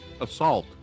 Assault